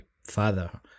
father